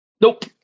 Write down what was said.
Nope